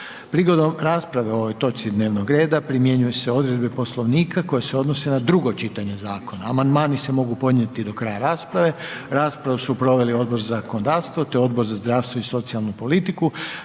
Prigodom raspravi o ovoj točci dnevnog reda primjenjuju se odredbe Poslovnika koje se odnose na drugo čitanje zakona. Amandmani se mogu podnijeti do kraja rasprave. Raspravu su proveli Odbor za zakonodavstvo i Odbor za ratne veterane. Želi